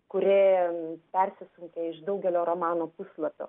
kuri persisunkia iš daugelio romano puslapių